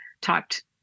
typed